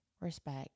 respect